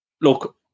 look